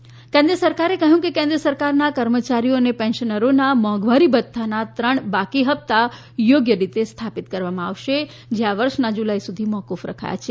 મોઘવારી ભથ્થુ કેન્દ્ર સરકારે કહ્યું છે કે કેન્દ્ર સરકારના કર્મચારીઓ અને પેન્શનરોના મોંઘવારી ભથ્થાના ત્રણ બાકી હપ્તા થોગ્ય રીતે સ્થાપિત કરવામાં આવશે જે આ વર્ષના જુલાઈ સુધી મોક્કફ રખાયા છે